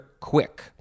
quick